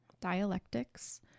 dialectics